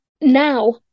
now